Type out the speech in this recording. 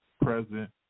present